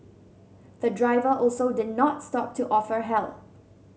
the driver also did not stop to offer help